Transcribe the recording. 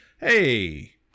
hey